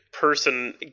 person